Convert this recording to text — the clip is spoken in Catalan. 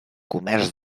comerç